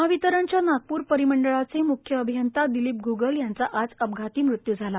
महावितरणच्या नागपूर परिमंडलाचे मुख्य अभियंता दिलीप घ्गल यांचा आज अपघातात मृत्यू झाला